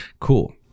cool